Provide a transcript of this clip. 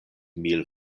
mil